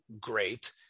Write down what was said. great